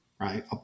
right